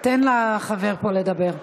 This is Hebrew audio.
תן לחבר פה לדבר.